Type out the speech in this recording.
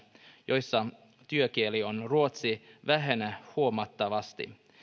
joissa työkieli on ruotsi vähenee huomattavasti